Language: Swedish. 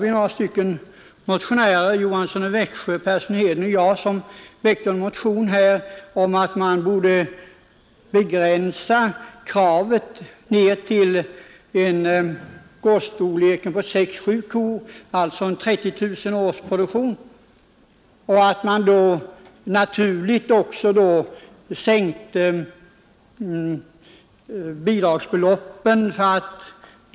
I den motion som herr Johansson i Växjö, herr Persson i Heden och jag har väckt föreslås därför att man borde begränsa kraven ned till 6—7 kor och en årsproduktion av 30 000 kg. Helt naturligt borde även bidragsgränsen sänkas.